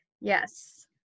Yes